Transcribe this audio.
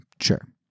Sure